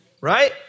right